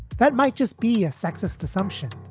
that might just be a sexist assumption.